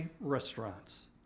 restaurants